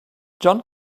john